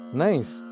nice